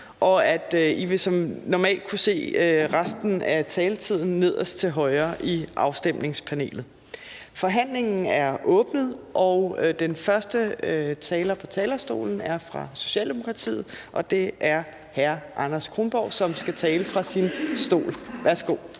lyser. I vil som normalt kunne se resten af taletiden nederst til højre i afstemningspanelet. Forhandlingen er åbnet, og den første taler på talerstolen er fra Socialdemokratiet, og det er hr. Anders Kronborg, som skal tale fra sin stol. Værsgo.